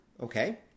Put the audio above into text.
Okay